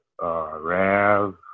Rav